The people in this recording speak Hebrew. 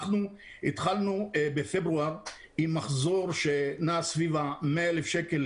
אנחנו התחלנו בפברואר עם מחזור שנע סביב ה-100,000 שקל,